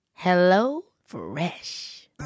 HelloFresh